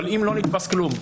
אבל אם לא נתפס כלום,